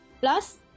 plus